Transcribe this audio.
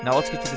and let's get